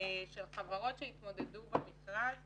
של חברות שהתמודדו במכרז